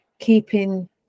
keeping